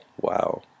Wow